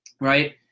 right